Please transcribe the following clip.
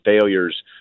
failures